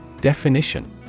Definition